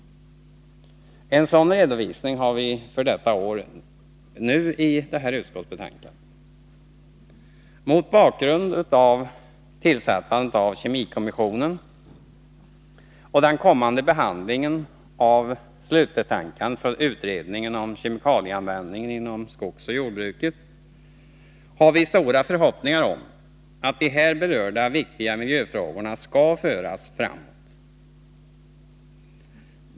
En sådan redovisning för detta år har vi nu i utskottsbetänkandet. Mot bakgrund av tillsättandet av kemikommissionen och den kommande behandlingen av slutbetänkandet från utredningen om kemikalieanvändningen inom skogsoch jordbruket har vi stora förhoppningar om att de här berörda viktiga miljöfrågorna skall föras framåt.